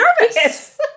nervous